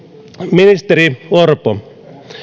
ministeri orpo